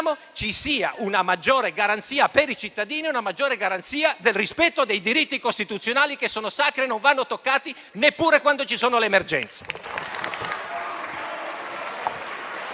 ci sia una maggiore garanzia per i cittadini e del rispetto dei diritti costituzionali, che sono sacri e non vanno toccati neppure quando ci sono le emergenze.